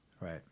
right